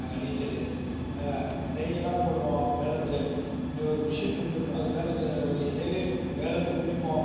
நாங்கள் நீச்சல் நாங்கள் டைவ் எல்லாம் போடுவோம் மேலேருந்து ஒரு மிஷின் இருந்திருக்கும் அது மேலேருந்து ஏறி மேலேருந்து குதிப்போம்